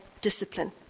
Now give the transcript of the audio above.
discipline